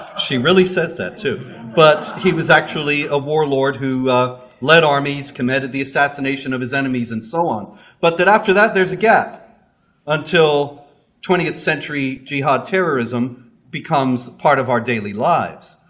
she really says that too but he was actually a warlord who led armies, committed the assassination of his enemies, and so on but that after that there's a gap until twentieth century jihad terrorism becomes part of our daily lives.